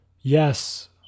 Yes